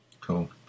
Cool